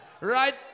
right